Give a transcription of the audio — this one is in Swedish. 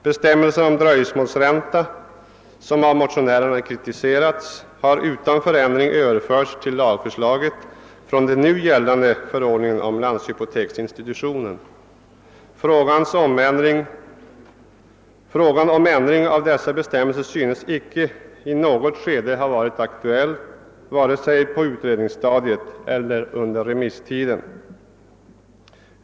Bestämmelserna om dröjsmålsränta, som av motionärerna kritiserats, har om landshypoteksinstitutionen. Frågan utan förändring överförts till lagförslaget från den nu gällande förordningen icke i något skede ha varit aktuell vare sig på utredningsstadiet eller under remisstiden.